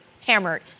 hammered